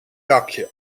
dakje